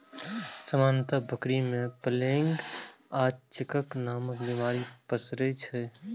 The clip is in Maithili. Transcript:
सामान्यतः बकरी मे प्लेग आ चेचक नामक बीमारी पसरै छै